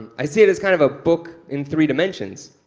i see it as kind of a book in three dimensions.